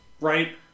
right